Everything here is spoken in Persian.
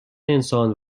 انسان